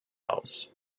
aus